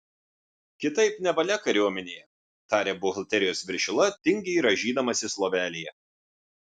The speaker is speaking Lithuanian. kitaip nevalia kariuomenėje tarė buhalterijos viršila tingiai rąžydamasis lovelėje